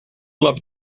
loved